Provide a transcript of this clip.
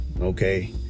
okay